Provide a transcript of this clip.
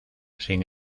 sin